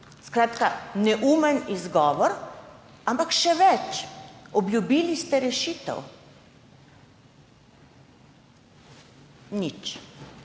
neumen izgovor. Ampak še več, obljubili ste rešitev,